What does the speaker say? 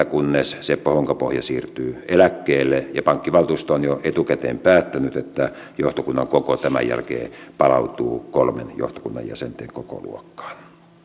kunnes seppo honkapohja siirtyy eläkkeelle ja pankkivaltuusto on jo etukäteen päättänyt että johtokunnan koko tämän jälkeen palautuu kolmen johtokunnan jäsenen kokoluokkaan